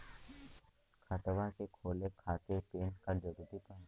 खतवा के खोले खातिर पेन कार्ड जरूरी बा?